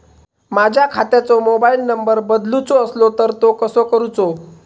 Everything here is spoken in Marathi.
माझ्या खात्याचो मोबाईल नंबर बदलुचो असलो तर तो कसो करूचो?